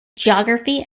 geography